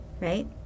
right